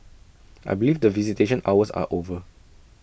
I believe that visitation hours are over